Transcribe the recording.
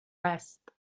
است